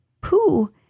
Pooh